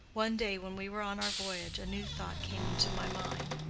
one day when we were on our voyage, a new thought came into my mind.